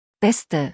beste